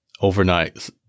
Overnight